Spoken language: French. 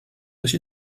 aussi